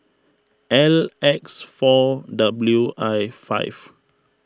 L X four W I five